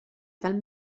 fel